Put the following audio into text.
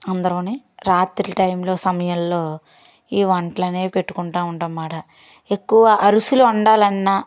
అందరం రాత్రి టైంలో సమయంలో ఈ వంటలు అనేవి పెట్టుకుంటు ఉంటాం అన్నమాట ఎక్కువ అరుసులు వండాలన్న